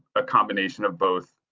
a combination of both.